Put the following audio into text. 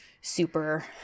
super